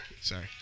Sorry